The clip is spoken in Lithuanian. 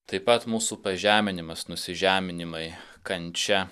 taip pat mūsų pažeminimas nusižeminimai kančia